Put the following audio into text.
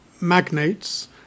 magnates